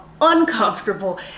uncomfortable